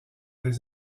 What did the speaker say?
des